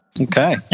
okay